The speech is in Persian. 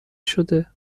شده